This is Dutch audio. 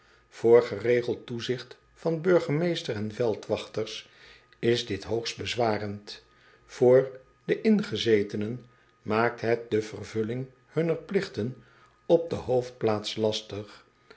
oor geregeld toezigt van burgemeester en veldwachters is dit hoogst bezwarend voor de ingezetenen maakt het de vervulling hunner pligten op de hoofdplaats lastig